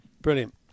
Brilliant